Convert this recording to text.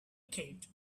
cape